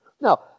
Now